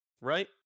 right